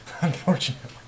unfortunately